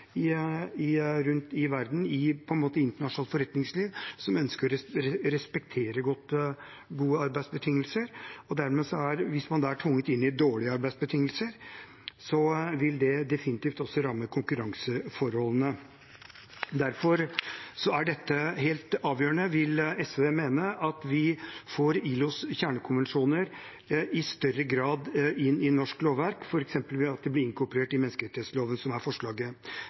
rundt i verden, i internasjonalt forretningsliv, som ønsker å respektere gode arbeidsbetingelser, men hvis man er tvunget inn i dårlige arbeidsbetingelser, vil det definitivt også ramme konkurranseforholdene. Derfor er det helt avgjørende, vil SV mene, at vi får ILOs kjernekonvensjoner i større grad inn i norsk lovverk, f.eks. ved at de blir inkorporert i menneskerettsloven, som er forslaget.